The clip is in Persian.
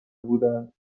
بودند